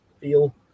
feel